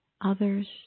others